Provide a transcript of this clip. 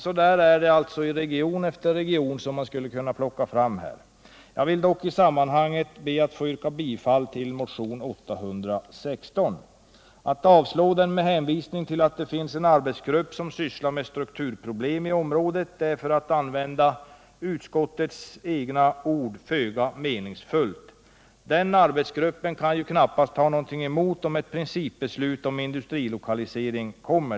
Så är det alltså i region efter region. Jag ber att få yrka bifall till motionen 816. Att avstyrka den med hänvisning tillattdet finns en arbetsgrupp som sysslar med strukturproblem i området är, för att använda utskottets egna ord, föga meningsfullt. Den arbetsgruppen kan knappast ha något emot ett principbeslut om industrilokalisering.